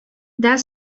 that